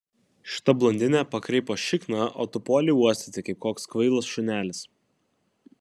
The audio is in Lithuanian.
šita blondinė pakraipo šikną o tu puoli uostyti kaip koks kvailas šunelis